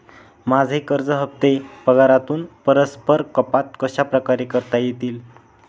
माझे कर्ज हफ्ते पगारातून परस्पर कपात कशाप्रकारे करता येतील?